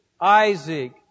Isaac